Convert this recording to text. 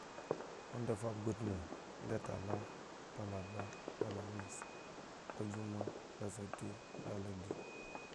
Onda fudbhgo utmu, onda tala, onda laraba, onda alhamis, onda jumai, onda sati, onda ladi.